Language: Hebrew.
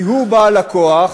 כי הוא בעל הכוח